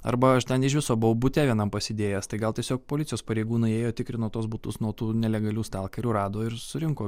arba aš ten iš viso buvau bute vienam pasidėjęs tai gal tiesiog policijos pareigūnai ėjo tikrino tuos butus nuo tų nelegalių stalkerių rado ir surinko